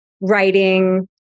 writing